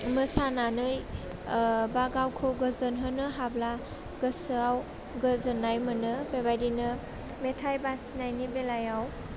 मोसानानै बा गावखौ गोजोनहोनो हाब्ला गोसोआव गोजोन्नाय मोनो बेबायदिनो मेथाइ बासिनायनि बेलायाव